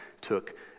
took